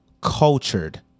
cultured